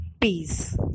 peace